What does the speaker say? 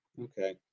Okay